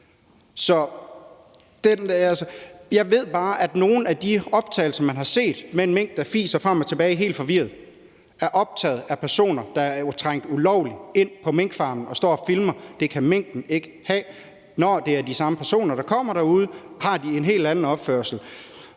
jeg ved også bare, at nogle af de optagelser, man har set med en mink, der fiser frem og tilbage og er helt forvirret, er optaget af personer, der er trængt ulovligt ind på minkfarmen, og som har stået og filmet, og det kan minken ikke have. Men når det er de samme personer, der kommer derude, har de en helt anden opførsel,